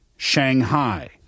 Shanghai